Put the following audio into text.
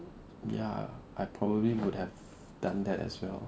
ya I probably would have done that as well